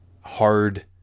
hard